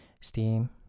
STEAM